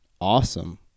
awesome